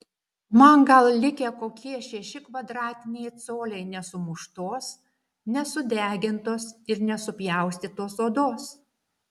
man gal likę kokie šeši kvadratiniai coliai nesumuštos nesudegintos ir nesupjaustytos odos